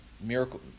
miracle